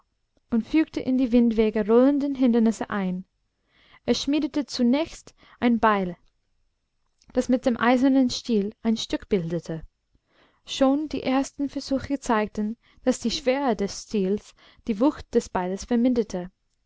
und fügte in die windwege rollende hindernisse ein er schmiedete zunächst ein beil das mit dem eisernen stiel ein stück bildete schon die ersten versuche zeigten daß die schwere des stiels die wucht des beiles verminderte